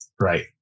Right